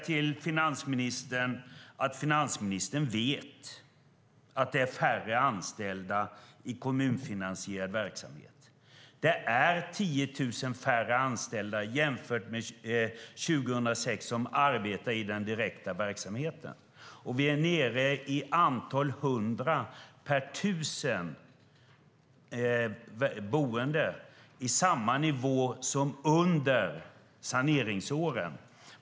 Till finansministern vill jag säga att han vet att det är färre anställda i kommunfinansierad verksamhet. Det är 10 000 färre anställda jämfört med 2006 som arbetar i den direkta verksamheten. Vi är nere i antal 100 per 1 000 boende, på samma nivå som under saneringsåren.